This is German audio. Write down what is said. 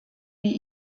wie